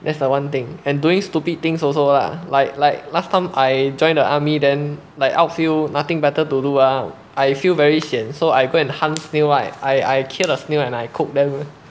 that's the one thing and doing stupid things also lah like like last time I joined the army then like outfield nothing better to do uh I feel very sian so I go and hunt snail right I I kill the snail and I cook them